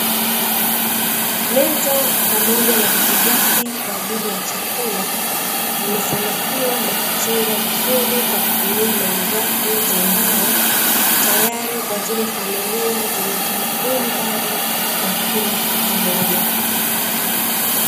Meza pamoja na viti vyake kwa ajili ya chakula, vimesanifiwa na kuchongwa vizuri kwa kutumia malighafi za mbao tayari kwa zile familia zenye utamaduni bado wa kula pamoja.